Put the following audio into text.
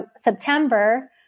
September